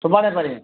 सुभाणे परीहं